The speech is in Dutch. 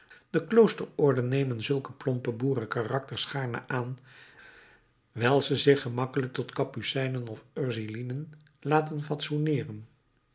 de kloosterorden nemen zulke plompe boerenkarakters gaarne aan wijl ze zich gemakkelijk tot capucijnen of ursulinen laten fatsoeneeren